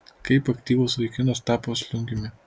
kaip aktyvus vaikinas tapo slunkiumi